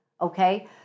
Okay